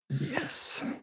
Yes